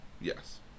Yes